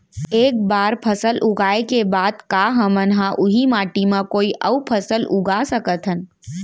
एक बार फसल उगाए के बाद का हमन ह, उही माटी मा कोई अऊ फसल उगा सकथन?